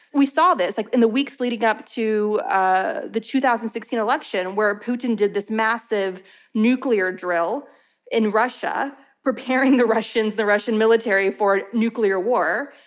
we saw this like in the weeks leading up to ah the two thousand and sixteen election, where putin did this massive nuclear drill in russia, preparing the russian the russian military for nuclear war.